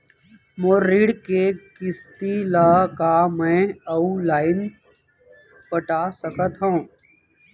मोर ऋण के किसती ला का मैं अऊ लाइन पटा सकत हव?